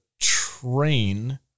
train